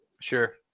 Sure